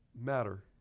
matter